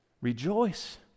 Rejoice